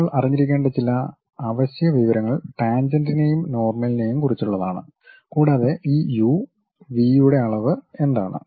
ഒരാൾ അറിഞ്ഞിരിക്കേണ്ട ചില അവശ്യ വിവരങ്ങൾ ടാൻജെന്റിനെയും നോർമലിനെയും കുറിച്ചുള്ളതാണ് കൂടാതെ ഈ യു വി യുടെ അളവ് എന്താണ്